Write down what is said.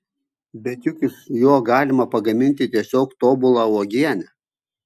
bet juk iš jo galima pagaminti tiesiog tobulą uogienę